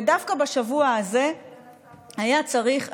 ודווקא בשבוע הזה היה צריך,